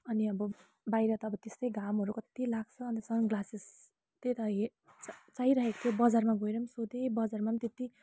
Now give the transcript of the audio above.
अनि अब बाहिर त अब त्यस्तै घामहरू कति लाग्छ अन्त सन ग्लासेस त्यही त चाहि चाहिरहेको थियो बजारमा गएर पनि सोधेँ बजारमा त्यति